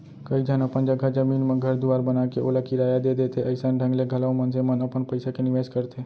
कइ झन अपन जघा जमीन म घर दुवार बनाके ओला किराया दे देथे अइसन ढंग ले घलौ मनसे मन अपन पइसा के निवेस करथे